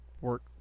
work